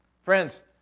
Friends